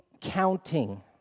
counting